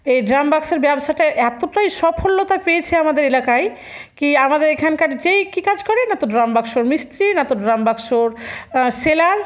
এই ড্রাম বাক্সের ব্যবসাটা এতটাই সফলতা পেয়েছে আমাদের এলাকায় কি আমাদের এখানকার যেই কী কাজ করে না তো ড্রাম বাক্সর মিস্ত্রি না তো ড্রাম বাক্সর সেলার